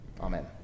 Amen